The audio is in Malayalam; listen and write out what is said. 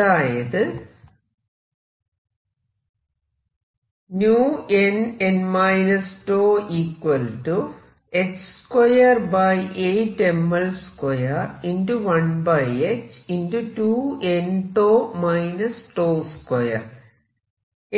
അതായത്